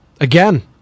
again